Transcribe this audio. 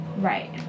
Right